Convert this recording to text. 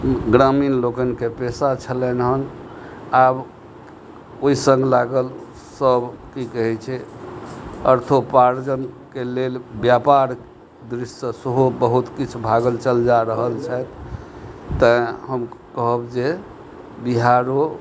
ग्रामीण लोकनिके पेशा छलनि हन आब ओहि सङ्ग लागल सब की कहै छै अर्थोपार्जनके लेल व्यापार दृश्यसँ सेहो बहुत किछु भागल चल जा रहल छथि तैँ हम कहब जे बिहारो